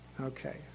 Okay